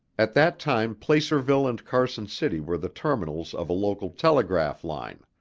at that time placerville and carson city were the terminals of a local telegraph line.